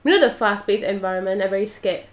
you know the fast-paced environment I very scared